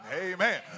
amen